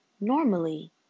normally